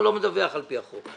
הוא לא מדווח על פי החוק.